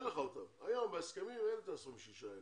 היום בהסכמים אין את ה-26 האלה,